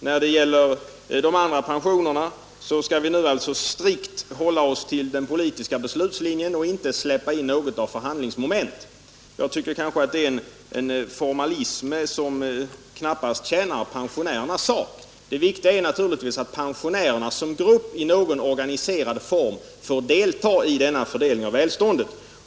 När det gäller de andra pensionerna skall vi nu alltså strikt hålla oss till den politiska beslutslinjen och inte släppa in något förhandlingsmoment. Jag tycker att det är en formalism som knappast tjänar pensionärernas sak. Det viktiga är naturligtvis att pensionärerna som grupp i någon organiserad form får delta i denna fördelning av välståndet.